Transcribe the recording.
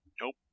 Nope